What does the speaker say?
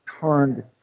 turned